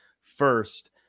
first